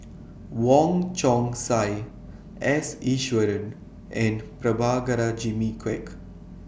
Wong Chong Sai S Iswaran and Prabhakara Jimmy Quek